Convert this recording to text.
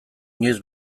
inoiz